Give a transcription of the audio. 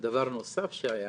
דבר נוסף שהיה